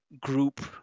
group